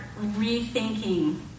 rethinking